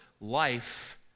Life